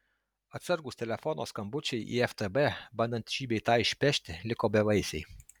atsargūs telefono skambučiai į ftb bandant šį bei tą išpešti liko bevaisiai